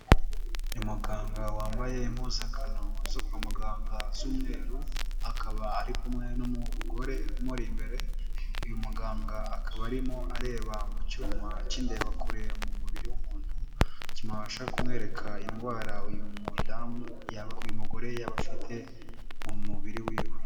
Umuganga wambaye impuzankano zo kwa muganga z'umweru akaba ari kumwe n'umugore umuri imbere, uyu muganga akaba arimo areba mu cyuma cy'indeba kure mu mubiri w'umuntu kibasha kumwereka indwara uyu mudamu uyu mugore yaba afite mu mubiri wiwe.